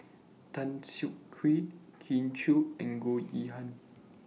Tan Siak Kew Kin Chui and Goh Yihan